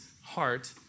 heart